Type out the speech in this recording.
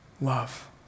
love